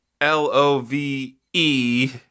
L-O-V-E